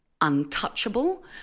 untouchable